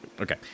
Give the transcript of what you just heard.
okay